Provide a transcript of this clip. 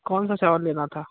कौनसा चावल लेना था